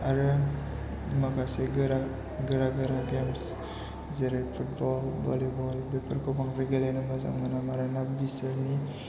आरो माखासे गोरा गोरा गोरा गेम्स जेरै फुटबल भलिबल बेफोरखौ बांद्राय गेलेनो मोजां मोना मानोना बिसोरनि